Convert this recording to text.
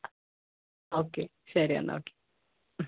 അ okay ശരി എന്നാൽ ഒക്കെ